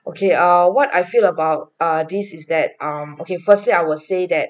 okay uh what I feel about err this is that um okay firstly I will say that